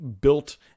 built